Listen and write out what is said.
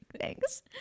thanks